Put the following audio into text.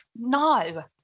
No